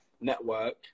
network